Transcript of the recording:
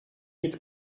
het